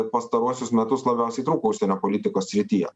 pastaruosius metus labiausiai trūko užsienio politikos srityje